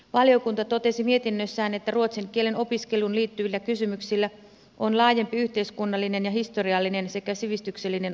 valiokunta totesi mietinnössään että ruotsin kielen opiskeluun liittyvillä kysymyksillä on laajempi yhteiskunnallinen ja historiallinen sekä sivistyksellinen ulottuvuus